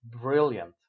brilliant